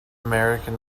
american